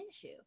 issue